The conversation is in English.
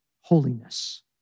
holiness